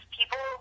people